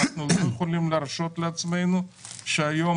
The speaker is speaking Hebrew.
אנחנו לא יכולים להרשות לעצמנו שהיום